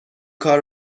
کار